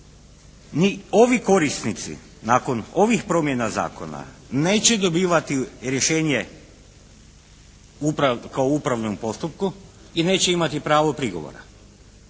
ovi korisnici nakon ovih promjena zakona neće dobivati rješenje u upravnom postupku i neće imati pravo prigovora.